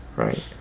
Right